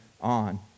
on